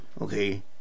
okay